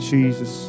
Jesus